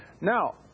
Now